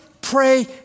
pray